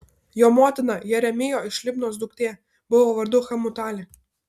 jo motina jeremijo iš libnos duktė buvo vardu hamutalė